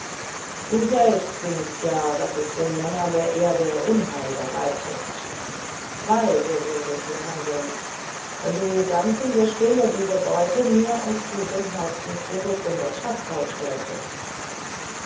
du selbst singst ja daß es den männern der erde unheil bereitet weise würdest du handeln wenn du ganz in der stille diese beute mir aus gutem herzen zurück in das schatzhaus stelltest